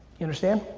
you understand?